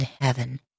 heaven